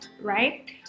right